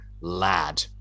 Lad